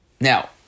Now